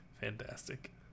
Fantastic